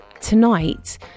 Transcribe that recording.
tonight